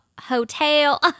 hotel